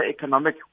economic